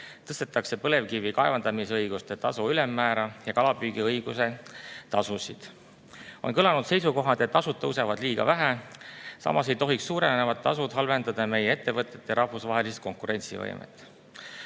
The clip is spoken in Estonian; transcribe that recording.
tõstetakse põlevkivi kaevandamisõiguse tasu ülemmäära ja kalapüügiõiguse tasusid. On kõlanud seisukohad, et tasud tõusevad liiga vähe. Samas ei tohiks suurenevad tasud halvendada meie ettevõtete rahvusvahelist konkurentsivõimet. Aga